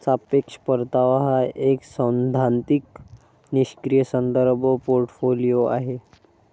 सापेक्ष परतावा हा एक सैद्धांतिक निष्क्रीय संदर्भ पोर्टफोलिओ आहे